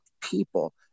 people